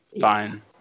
fine